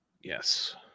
yes